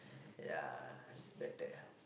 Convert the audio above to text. ya expected